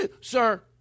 Sir